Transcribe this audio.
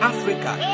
Africa